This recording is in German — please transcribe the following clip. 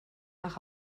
nach